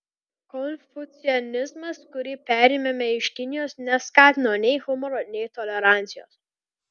konfucianizmas kurį perėmėme iš kinijos neskatino nei humoro nei tolerancijos